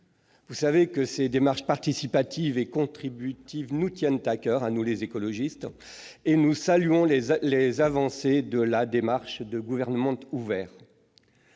000 inscrits. Ces démarches participatives et contributives nous tiennent à coeur, à nous écologistes. Nous saluons donc les avancées de la démarche de gouvernement ouvert.